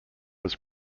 was